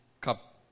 cup